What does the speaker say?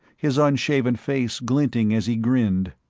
his unshaven face glinting as he grinned.